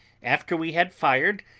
after we had fired,